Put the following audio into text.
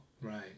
Right